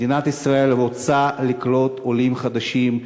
מדינת ישראל רוצה לקלוט עולים חדשים,